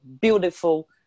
beautiful